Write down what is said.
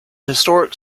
historic